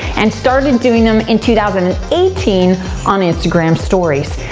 and started doing them in two thousand and eighteen on instagram stories.